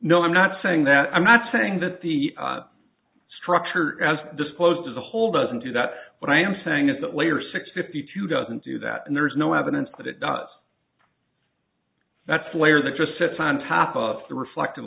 no i'm not saying that i'm not saying that the structure as disclosed as a whole doesn't do that what i am saying is that layer six fifty two doesn't do that and there's no evidence that it does that's layer that just sits on top of the reflective